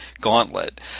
gauntlet